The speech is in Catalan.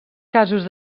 casos